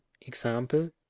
Example